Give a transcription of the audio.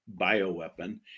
bioweapon